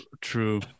true